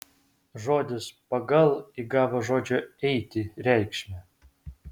žodis pagal įgavo žodžio eiti reikšmę